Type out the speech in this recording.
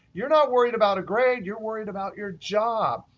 you're not worried about a grade. you're worried about your job.